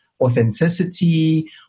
authenticity